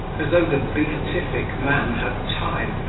as though the beatific man had time,